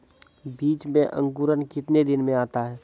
बीज मे अंकुरण कितने दिनों मे आता हैं?